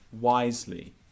wisely